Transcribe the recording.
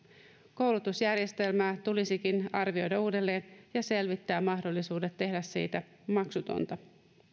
koulutusjärjestelmää tulisikin arvioida uudelleen ja selvittää mahdollisuudet tehdä siitä maksutonta